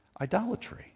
Idolatry